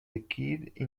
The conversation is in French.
liquide